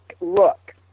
look